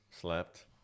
Slept